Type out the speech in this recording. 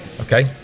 Okay